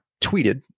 tweeted